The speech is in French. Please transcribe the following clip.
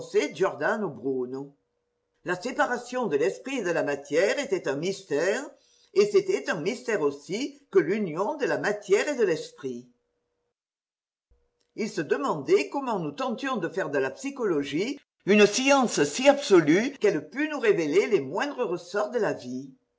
la séparation de l'esprit et de la matière était un mystère et c'était un mystère aussi que l'union de la matière et de l'esprit il se demandait comment nous tentions de faire de la psychologie une science si absolue qu'elle pût nous révéler les moindres ressorts de la vie